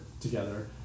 together